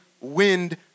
wind